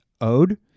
owed